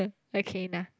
okay nah